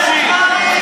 תמשיך.